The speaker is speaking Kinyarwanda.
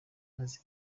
maze